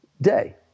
day